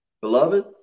Beloved